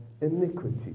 iniquity